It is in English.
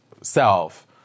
self